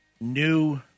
new